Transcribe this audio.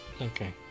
Okay